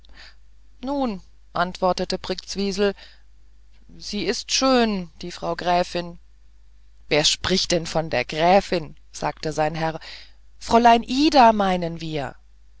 nun antwortete brktzwisl sie ist schön die frau gräfin wer spricht denn von der gräfin sagte sein herr fräulein ida meinen wir